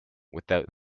without